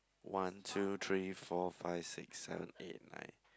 one two three four five six seven eight nine